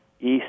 east